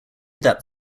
that